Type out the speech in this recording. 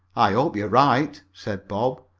i hope you're right, said bob.